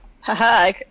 Haha